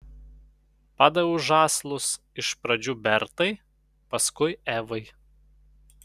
padaviau žąslus iš pradžių bertai paskui evai